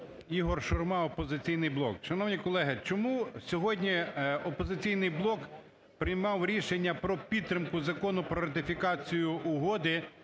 Ігор Шурма,"Опозиційний блок". Шановні колеги, чому сьогодні "Опозиційний блок" приймав рішення про підтримку Закону про ратифікацію Угоди